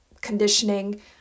conditioning